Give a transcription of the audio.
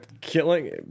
killing